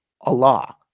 Allah